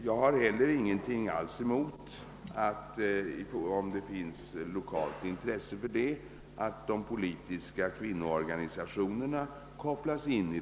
Om det finns ett lokalt intresse härför har jag alls ingenting emot att de politiska kvinnoorganisationerna kopplas in.